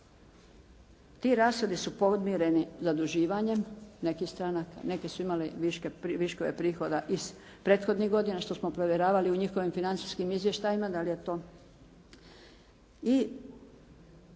Ti rashodi su podmireni zaduživanjem nekih stranaka, neke su imale viškove prihoda iz prethodnih godina, što smo provjeravali u njihovim financijskim izvještajima da li je to